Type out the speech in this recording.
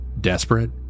Desperate